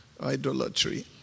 idolatry